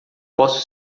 posso